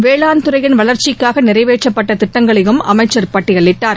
வேளாண் துறையின் வளர்ச்சிக்காக நிறைவேற்றப்பட்ட திட்டங்களையும் அமைச்சர் பட்டியலிட்டார்